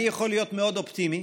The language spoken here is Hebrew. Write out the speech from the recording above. אני יכול להיות מאוד אופטימי